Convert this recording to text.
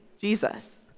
Jesus